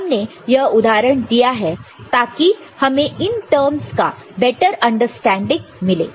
हमने यह उदाहरण दिया है ताकि हमें इन टर्म्स का बेटर अंडरस्टैंडिंग मिले